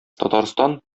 татарстан